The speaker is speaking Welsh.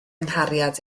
nghariad